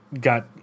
got –